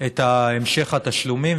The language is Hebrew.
את המשך התשלומים,